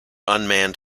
unmanned